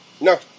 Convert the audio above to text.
No